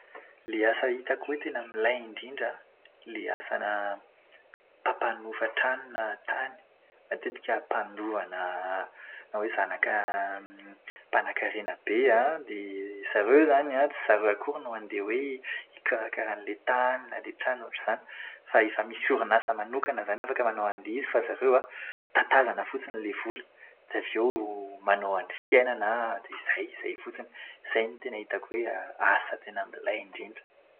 Ilay asa hitako hoe tena milay indrindra an, ilay asana mpampanofa trano na tany. Matetika mpandova na na hoe zanaka mpanakarena be an. Dia zareo izany an tsy zareo akory no handeha hoe hikarakara an'ilay tany na ilay trano ohatr'izany, fa efa misy orinasa manokana izany afaka manao an'ilay izy. Fa zareo tatazana fotsiny ilay vola dia avy eo manao an'ny fiainana dia izay. Izay fotsiny Izay no tena hitako hoe asa milay indrindra.